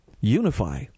unify